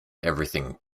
everything